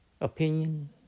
opinion